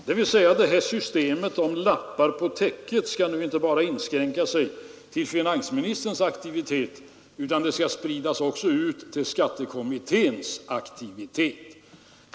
Det innebär att systemet med lappar på täcket inte bara'skulle inskränka sig till finansministerns aktivitet, utan det skulle också spridas ut till skattekommitténs aktivitet.